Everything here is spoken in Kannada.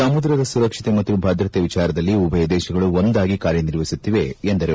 ಸಮುದ್ದದ ಸುರಕ್ಷತೆ ಮತ್ತು ಭದ್ರತೆ ವಿಚಾರದಲ್ಲಿ ಉಭಯ ದೇಶಗಳು ಒಂದಾಗಿ ಕಾರ್ಯನಿರ್ವಹಿಸುತ್ತಿವೆ ಎಂದರು